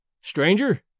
Stranger